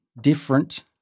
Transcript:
different